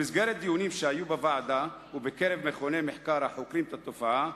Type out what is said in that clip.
במסגרת דיונים שהיו בוועדה ובקרב מכוני מחקר החוקרים את התופעה,